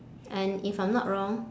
and if I'm not wrong